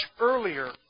earlier